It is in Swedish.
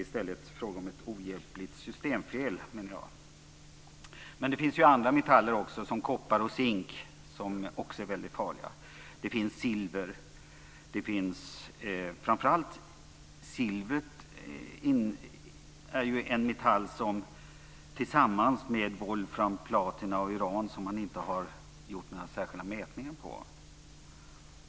I stället är det fråga om ett "ohjälpligt systemfel", menar jag. Andra metaller, såsom koppar och zink, är också väldigt farliga. Dessutom har vi silver. Silver är ju en metall som man, liksom när det gäller wolfram, platina och uran, inte har gjort några särskilda mätningar på.